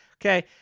okay